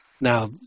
Now